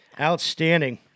Outstanding